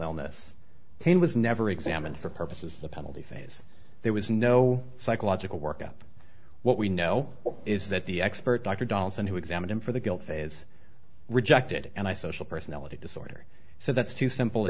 illness and was never examined for purposes the penalty phase there was no psychological work up what we know is that the expert dr donaldson who examined him for the guilt phase rejected it and i social personality disorder so that's too simple a